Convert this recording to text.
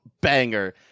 banger